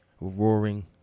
roaring